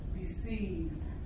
received